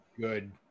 good